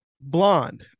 Blonde